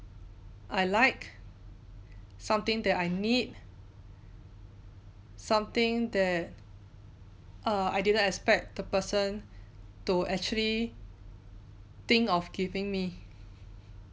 I like something that I need something that err I didn't expect the person to actually think of giving me